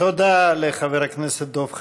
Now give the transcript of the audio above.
תודה לחבר הכנסת דב חנין.